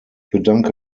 bedanke